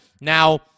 Now